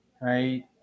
right